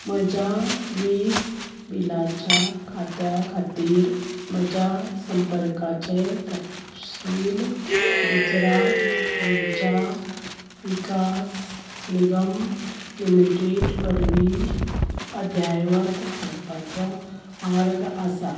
म्हज्या वीज बिलाच्या खात्या खातीर म्हज्या संपर्काचे तपशील गुजरात उर्जा विकास निगम लिमिटेड वरवीं अध्यायवत करपाचो मार्ग आसा